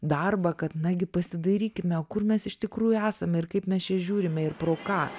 darbą kad nagi pasidairykime kur mes iš tikrųjų esame ir kaip mes čia žiūrime ir pro ką